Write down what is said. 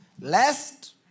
lest